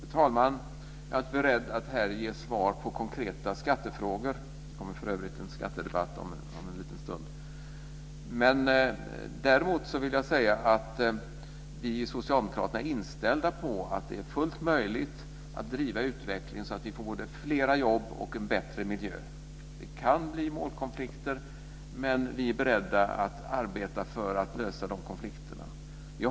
Fru talman! Jag är inte beredd att här ge svar på konkreta skattefrågor. Det kommer för övrigt en skattedebatt om en liten stund. Däremot vill jag säga att vi i Socialdemokraterna är inställda på att det är fullt möjligt att driva utvecklingen så att vi får både fler jobb och bättre miljö. Det kan bli målkonflikter, men vi är beredda att arbeta för att lösa de konflikterna.